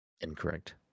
Incorrect